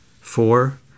Four